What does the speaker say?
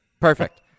Perfect